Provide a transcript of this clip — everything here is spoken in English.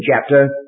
chapter